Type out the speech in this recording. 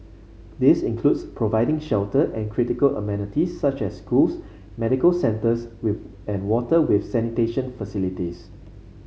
this includes providing shelter and critical amenities such as schools medical centres with and water with sanitation facilities